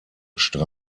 str